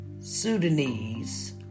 Sudanese